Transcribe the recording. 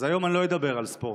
אז היום אני לא אדבר על ספורט,